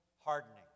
hardening